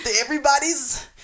everybody's